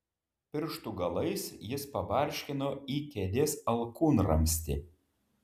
pirštų galais jis pabarškino į kėdės alkūnramstį